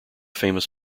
famous